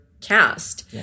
cast